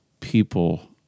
People